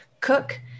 cook